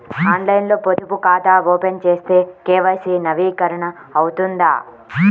ఆన్లైన్లో పొదుపు ఖాతా ఓపెన్ చేస్తే కే.వై.సి నవీకరణ అవుతుందా?